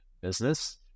business